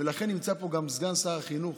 ולכן נמצא פה גם סגן שר החינוך,